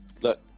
Look